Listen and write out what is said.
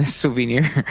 souvenir